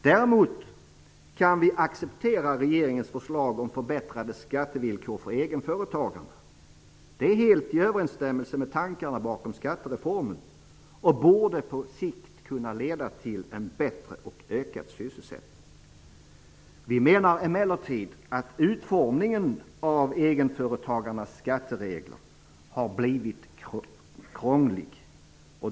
Däremot kan vi acceptera regeringens förslag om förbättrade skattevillkor för egenföretagarna. Det är helt i överensstämmelse med tankarna bakom skattereformen, och det borde på sikt leda till en ökad sysselsättning. Vi menar emellertid att utformningen av egenföretagarnas skatteregler har blivit krånglig.